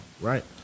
Right